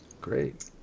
great